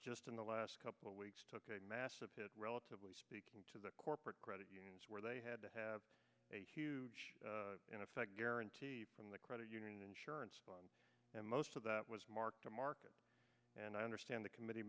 just in the last couple of weeks took a massive hit relatively speaking to the corporate credit unions where they had to have a huge in effect guarantee from the credit union insurance and most of that was mark to market and i understand the committee